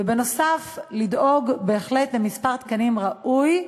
ונוסף על כך לדאוג, בהחלט, למספר תקנים ראוי,